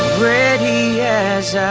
ready!